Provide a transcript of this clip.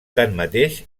tanmateix